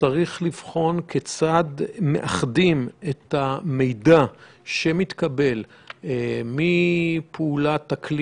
צריך לבחון כיצד מאחדים את המידע שמתקבל מפעולת הכלי